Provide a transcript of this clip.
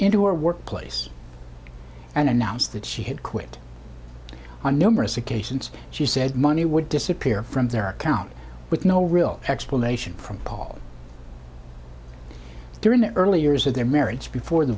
into her workplace and announced that she had quit on numerous occasions she said money would disappear from their account with no real explanation from paul during the early years of their marriage before the